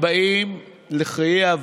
בהצבעה על הצעת חוק הכנסת (תיקון מס'